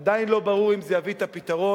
עדיין לא ברור אם זה יביא את הפתרון,